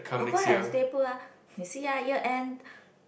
of course have to stay put ah you see ah year end